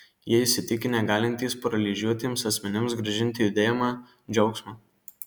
jie įsitikinę galintys paralyžiuotiems asmenims grąžinti judėjimą džiaugsmą